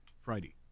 Friday